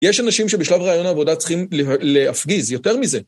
יש אנשים שבשלב רעיון העבודה צריכים להפגיז יותר מזה.